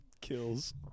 Kills